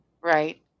right